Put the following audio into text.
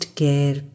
care